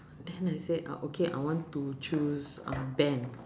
then I said ah okay I want to choose uh band